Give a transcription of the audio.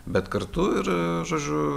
bet kartu ir žodžiu